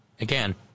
again